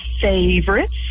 favorites